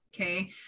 Okay